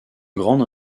grande